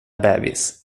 bebis